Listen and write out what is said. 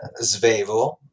Zvevo